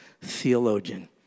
theologian